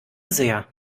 sehr